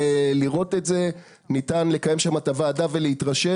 ניתן לראות את זה ולקיים שם את הוועדה ולהתרשם.